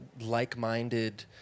like-minded